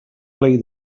play